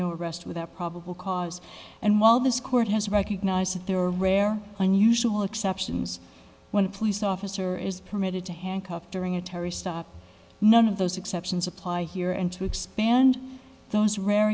arrest without probable cause and while this court has recognized that there are rare unusual exceptions when a police officer is permitted to handcuff during a terry stop none of those exceptions apply here and to expand those rare